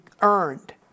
earned